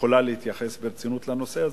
שיכולה להתייחס ברצינות לנושא הזה?